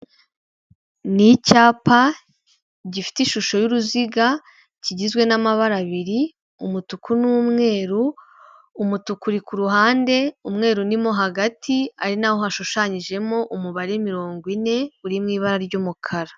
Ni icyapa gifite ishusho y'uruziga kigizwe n'amabara abiri umutuku n'umweru, umutuku uri ku ruhande, umweru ni mo hagati ari n'aho hashushanyijemo umubare mirongo ine uri mu ibara ry'umukara.